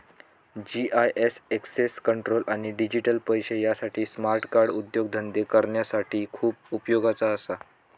GIS access control आणि digital पैशे यासाठी स्मार्ट कार्ड उद्योगधंदे करणाऱ्यांसाठी खूप उपयोगाचा असा